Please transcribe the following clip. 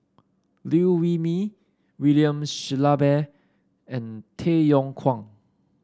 Liew Wee Mee William Shellabear and Tay Yong Kwang